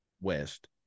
west